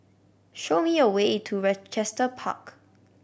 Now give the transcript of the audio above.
show me a way to Rochester Park